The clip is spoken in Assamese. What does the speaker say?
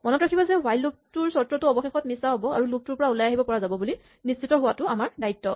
মনত ৰাখিবা যে হুৱাইল লুপ টোৰ চৰ্তটো অৱশেষত মিছা হ'ব আৰু লুপ টোৰ পৰা ওলাই আহিব পৰা যাব বুলি নিশ্চিত হোৱাটো আমাৰ দায়িত্ব